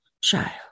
child